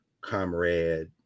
comrade